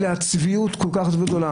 זאת צביעות כל כך גדולה.